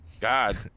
God